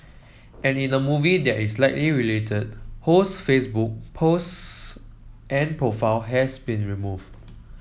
and in a movie that is likely related Ho's Facebook post and profile have been removed